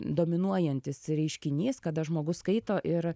dominuojantis reiškinys kada žmogus skaito ir